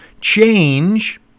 change